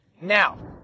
Now